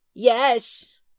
Yes